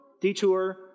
detour